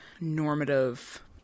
normative